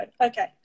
Okay